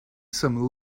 some